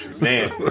man